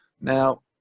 Now